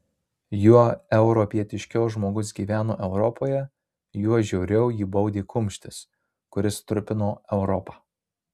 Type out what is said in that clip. juo europietiškiau žmogus gyveno europoje juo žiauriau jį baudė kumštis kuris trupino europą